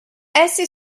essi